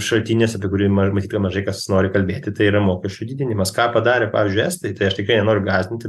šaltinis apie kurį ma matyt mažai kas nori kalbėti tai yra mokesčių didinimas ką padarė pavyzdžiui estai tai aš tikrai nenoriu gąsdinti